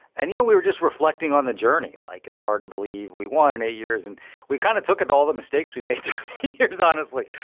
and, you know, we were just reflecting on the journey like it's hard to believe we want in eight years. and we kind of took it all the mistakes we made two years, honestly.